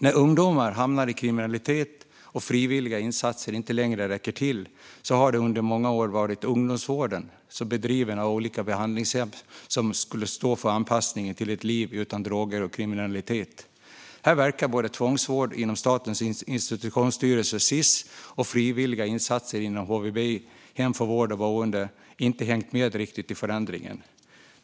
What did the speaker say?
När ungdomar hamnar i kriminalitet och frivilliga insatser inte längre räcker till har det under många år varit ungdomsvården, driven av olika behandlingshem, som skulle stå för anpassningen till ett liv utan droger och kriminalitet. Här verkar det som att både tvångsvård inom Statens institutionsstyrelse, Sis, och frivilliga insatser inom HVB, hem för vård eller boende, inte har hängt med riktigt i förändringen.